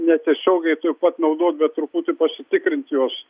netiesiogiai taip pat naudot bet truputį pasitikrint juos